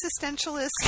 existentialist